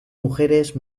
mujeres